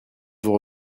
vous